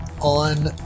on